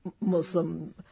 Muslim